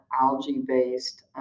algae-based